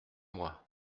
moi